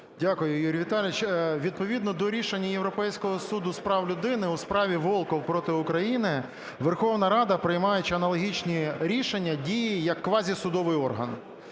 Дякую. Юрій Віталійович, відповідно до рішень Європейського суду з прав людини у справі "Волков проти України" Верховна Рада, приймаючи аналогічні рішення, діє як квазісудовий орган.